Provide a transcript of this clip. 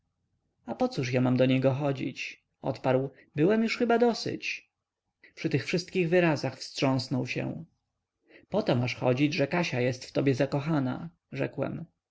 a pocóż ja mam do niego chodzić odparł byłem już chyba dosyć przy tych wyrazach wstrząsnął się poto masz chodzić że kasia jest w tobie zakochana rzekłem